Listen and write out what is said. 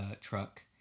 truck